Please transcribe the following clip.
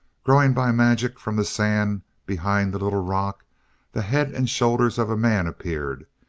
growing by magic from the sand behind the little rock the head and shoulders of a man appeared,